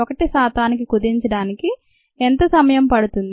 1 శాతానికి కుదించటానికి ఎంత సమయం పడుతుంది